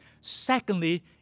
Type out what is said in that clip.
Secondly